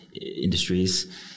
industries